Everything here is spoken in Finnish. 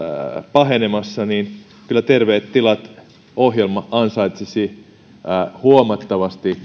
pahenemassa niin kyllä terveet tilat ohjelma ansaitsisi huomattavasti